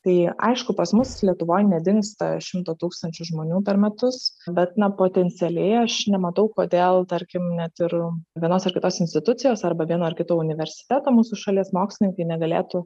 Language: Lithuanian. tai aišku pas mus lietuvoje nedingsta šimto tūkstančių žmonių per metus bet na potencialiai aš nematau kodėl tarkim net ir vienos ar kitos institucijos arba vieno ar kito universiteto mūsų šalies mokslininkai negalėtų